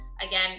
Again